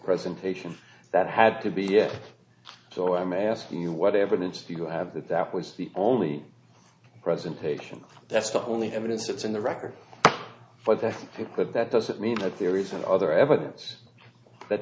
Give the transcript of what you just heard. presentation that had to be yet so i'm asking you what evidence do you have that that was the only presentation that's the only evidence that's in the record for that it could that doesn't mean that there isn't other evidence that